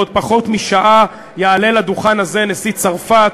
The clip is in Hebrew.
בעוד פחות משעה יעלה לדוכן הזה נשיא צרפת.